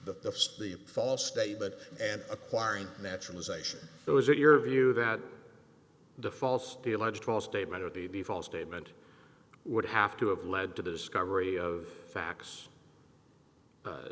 the steep false statement and acquiring naturalization there is it your view that the false the alleged false statement or the be false statement would have to have led to the discovery of facts